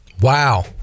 wow